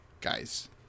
guys